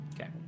Okay